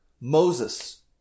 Moses